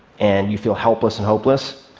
and you feel helpless and hopeless,